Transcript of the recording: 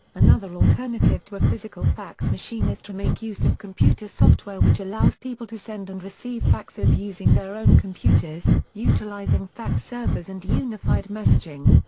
another alternative to a physical fax machine is to make use of computer software which allows people to send and receive faxes using their own computers, utilizing fax servers and unified messaging.